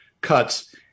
cuts